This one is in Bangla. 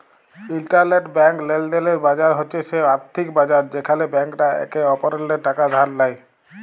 ইলটারব্যাংক লেলদেলের বাজার হছে সে আথ্থিক বাজার যেখালে ব্যাংকরা একে অপরেল্লে টাকা ধার লেয়